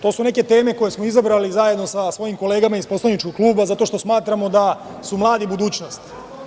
To su neke teme koje smo izabrali zajedno sa svojim kolegama iz poslaničkog kluba, zato što smatramo da su mladi budućnost.